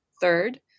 third